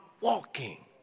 walking